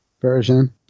version